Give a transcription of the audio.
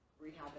rehab